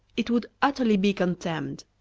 it would utterly be contemned.